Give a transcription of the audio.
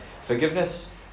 forgiveness